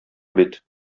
бит